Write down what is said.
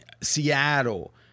Seattle